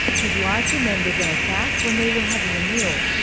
his wife remembers an attack when they were having a meal.